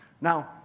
Now